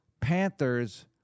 Panthers